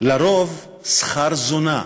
לרוב שכר זונה.